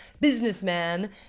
businessman